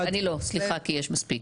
חמישה.